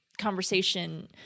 conversation